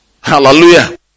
Hallelujah